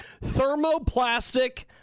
thermoplastic